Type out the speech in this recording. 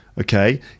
Okay